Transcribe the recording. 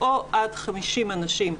או עד 50 אנשים,